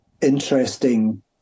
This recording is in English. interesting